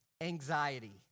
Anxiety